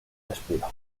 despido